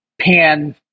pan